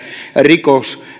rikos